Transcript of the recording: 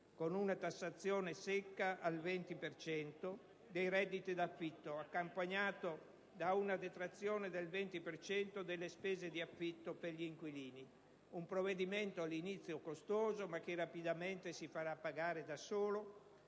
con una tassazione secca al 20 per cento dei redditi da affitto, accompagnata da una detrazione del 20 per cento delle spese di affitto per gli inquilini, un provvedimento all'inizio costoso, ma che rapidamente si farà pagare da solo,